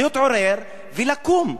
אז להתעורר ולקום.